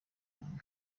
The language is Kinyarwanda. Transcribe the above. umuntu